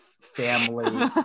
family